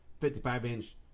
55-inch